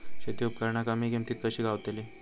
शेती उपकरणा कमी किमतीत कशी गावतली?